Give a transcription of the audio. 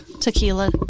Tequila